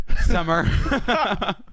Summer